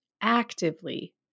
actively